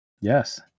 Yes